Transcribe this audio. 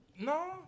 No